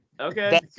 Okay